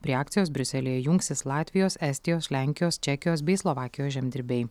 prie akcijos briuselyje jungsis latvijos estijos lenkijos čekijos bei slovakijos žemdirbiai